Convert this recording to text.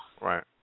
Right